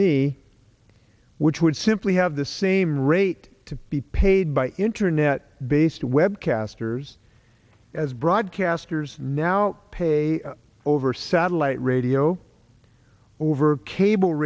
me which would simply have the same rate to be paid by internet based web castors as broadcasters now pay over satellite radio over cable